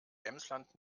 emsland